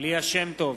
ליה שמטוב,